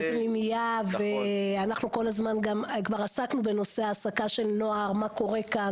אנחנו עסקנו בנושא העסקת נוער מה קורה כאן